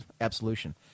absolution